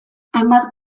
hainbat